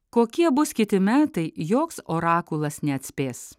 kokie bus kiti metai joks orakulas neatspės